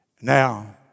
Now